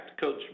Coach